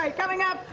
um coming up,